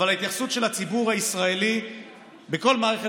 אבל ההתייחסות של הציבור הישראלי בכל מערכת